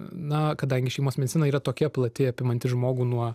na kadangi šeimos medicina yra tokia plati apimanti žmogų nuo